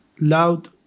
loud